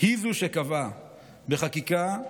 היא שקבעה בחקיקה,